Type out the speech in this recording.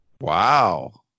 Wow